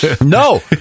No